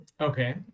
Okay